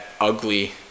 ugly